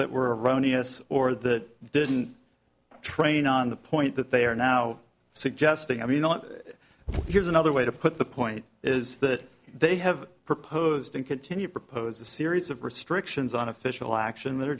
that were rony this or that didn't train on the point that they are now suggesting i mean not here's another way to put the point is that they have proposed and continue propose a series of restrictions on official action that are